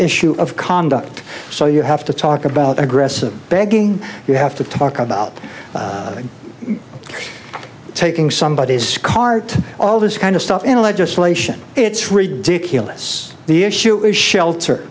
issue of conduct so you have to talk about aggressive begging you have to talk about taking somebody's scart all this kind of stuff into legislation it's ridiculous the issue is shelter